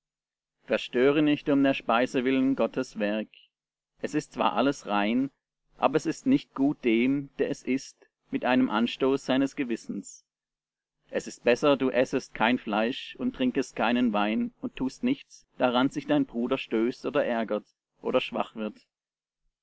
verstöre nicht um der speise willen gottes werk es ist zwar alles rein aber es ist nicht gut dem der es ißt mit einem anstoß seines gewissens es ist besser du essest kein fleisch und trinkest keinen wein und tust nichts daran sich dein bruder stößt oder ärgert oder schwach wird